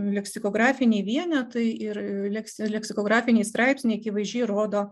leksikografiniai vienetai ir leks leksikografiniai straipsniai akivaizdžiai rodo